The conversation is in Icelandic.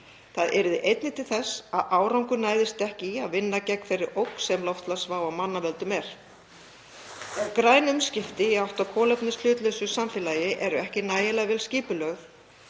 Það yrði einnig til þess að árangur næðist ekki í að vinna gegn þeirri ógn sem loftslagsvá af mannavöldum er. Ef græn umskipti í átt að kolefnishlutlausu samfélagi eru ekki nægilega vel skipulögð